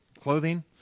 clothing